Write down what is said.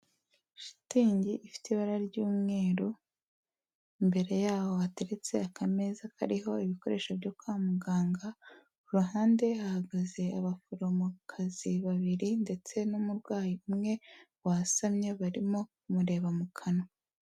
Shitingi ifite ibara ry'umweru, imbere yaho hateretse akameza kariho ibikoresho byo kwa muganga, ku ruhande hahagaze abaforomokazi babiri ndetse n'umurwayi umwe wasamye barimo kumureba mu kanwa.